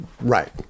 right